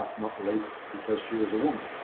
not not least because she was a woman.